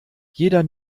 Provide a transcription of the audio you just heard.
jeder